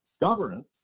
governance